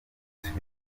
bitatu